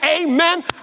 amen